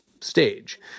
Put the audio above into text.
stage